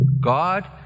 God